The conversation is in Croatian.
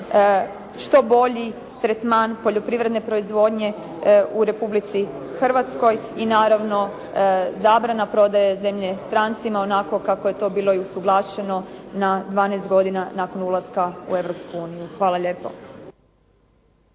što bolji tretman poljoprivredne proizvodnje u Republici Hrvatskoj i naravno zabrana prodaje zemlje strancima onako kako je to bilo i usuglašeno na 12 godina nakon ulaska u Europsku uniju.